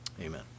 Amen